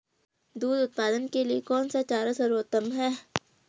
दूध उत्पादन के लिए कौन सा चारा सर्वोत्तम है?